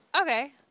Okay